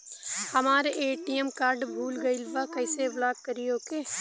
हमार ATM card भूला गईल बा कईसे ब्लॉक करी ओके?